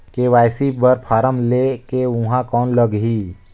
KYC बर form ले के ऊहां कौन लगही?